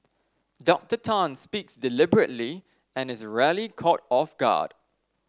Doctor Tan speaks deliberately and is rarely caught off guard